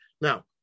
Now